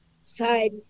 side